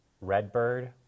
Redbird